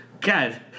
God